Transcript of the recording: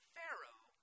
Pharaoh